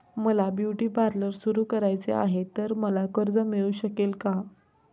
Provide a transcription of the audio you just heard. मला beauty parlour सुरू करायचे आहे तर मला कर्ज मिळू शकेल का?